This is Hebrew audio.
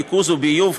ניקוז וביוב,